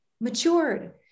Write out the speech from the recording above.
matured